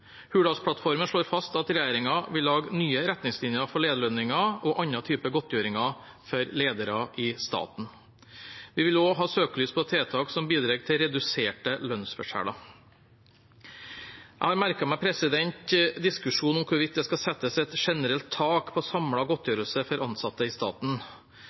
slår fast at regjeringen vil lage nye retningslinjer for lederlønninger og andre typer godtgjøringer for ledere i staten. Vi vil også ha søkelys på tiltak som bidrar til reduserte lønnsforskjeller. Jeg har merket meg diskusjonen om hvorvidt det skal settes et generelt tak på samlet godtgjørelse for ansatte i staten.